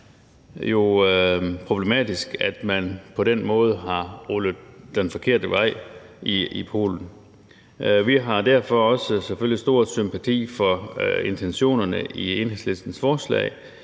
er problematisk, at man på den måde har rullet den forkerte vej i Polen. Vi har derfor selvfølgelig også stor sympati for intentionerne i Enhedslistens forslag,